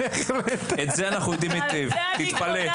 את זה אנחנו יודעים היטב, תתפלא.